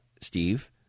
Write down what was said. Steve